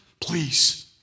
please